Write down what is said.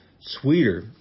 sweeter